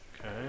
Okay